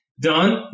Done